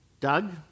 Doug